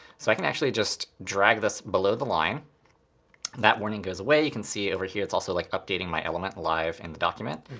so i can actually just drag this below the line. and that warning goes away. you can see over here it's also like updating my element live in the document.